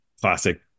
classic